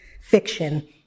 fiction